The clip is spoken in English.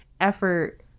effort